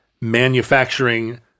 manufacturing